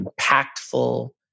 impactful